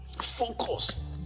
Focus